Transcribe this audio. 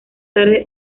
tarde